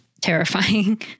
terrifying